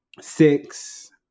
six